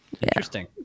Interesting